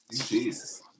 Jesus